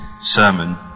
sermon